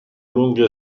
lunghe